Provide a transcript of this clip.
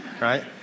right